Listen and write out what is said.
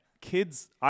kids